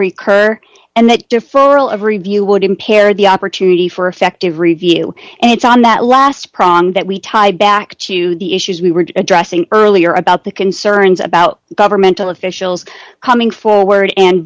of review would impair the opportunity for effective review and it's on that last problem that we tied back to the issues we were addressing earlier about the concerns about governmental officials coming forward and